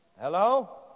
Hello